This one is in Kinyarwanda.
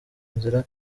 nzira